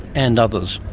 and others.